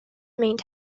meant